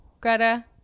Greta